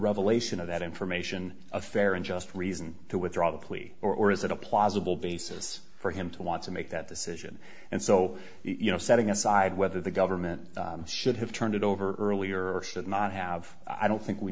revelation of that information a fair and just reason to withdraw the plea or is it a plausible basis for him to want to make that decision and so you know setting aside whether the government should have turned it over earlier should not have i don't think we